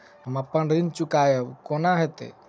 हम अप्पन ऋण चुकाइब कोना हैतय?